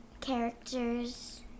characters